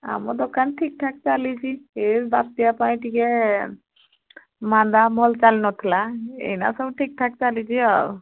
ଆମ ଦୋକାନ ଠିକ୍ ଠାକ୍ ଚାଲିଛି ଏ ବାତ୍ୟା ପାଇଁ ଟିକେ ମାନ୍ଦା ଭଲ୍ ଚାଲିିନଥିଲା ଏଇନା ସବୁ ଠିକ୍ ଠାକ୍ ଚାଲିଛି ଆଉ